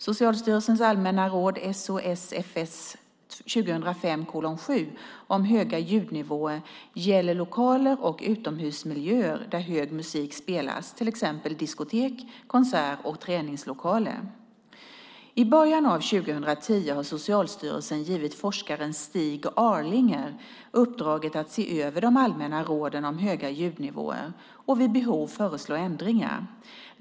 Socialstyrelsens allmänna råd om höga ljudnivåer gäller lokaler och utomhusmiljöer där hög musik spelas, till exempel diskotek, konsertlokaler och träningslokaler. I början av 2010 har Socialstyrelsen givit forskaren Stig Arlinger uppdraget att se över de allmänna råden om höga ljudnivåer och vid behov föreslå ändringar.